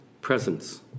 presence